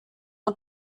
und